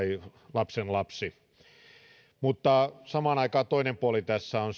lapsenlapsi mutta samaan aikaan toinen puoli tässä on